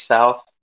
South